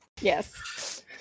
Yes